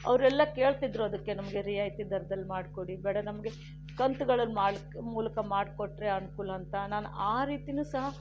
ಅವರೆಲ್ಲ ಕೇಳ್ತಿದ್ದರು ಅದಕ್ಕೆ ನಮಗೆ ರಿಯಾಯಿತಿ ದರದಲ್ಲಿ ಮಾಡಿಕೊಡಿ ಬೇಡ ನಮಗೆ ಕಂತುಗಳಲ್ಲಿ ಮಾಡ್ ಮೂಲಕ ಮಾಡಿಕೊಟ್ಟರೆ ಅನುಕೂಲ ಅಂತ ನಾನು ಆ ರೀತಿಯೂ ಸಹ